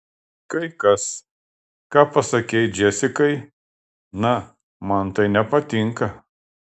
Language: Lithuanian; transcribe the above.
kai kas ką pasakei džesikai na man tai nepatinka